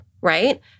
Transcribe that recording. right